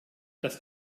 das